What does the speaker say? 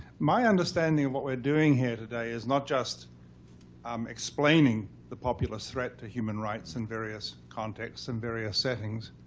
my understanding of what we're doing here today is not just um explaining the populist threat to human rights in various contexts and various settings,